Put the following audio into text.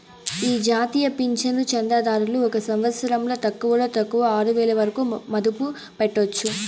ఈ జాతీయ పింఛను చందాదారులు ఒక సంవత్సరంల తక్కువలో తక్కువ ఆరువేల వరకు మదుపు పెట్టొచ్చు